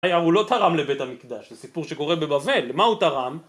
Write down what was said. הוא לא תרם לבית המקדש, זה סיפור שקורה בבבל, מה הוא תרם?